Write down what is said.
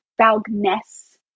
Valgness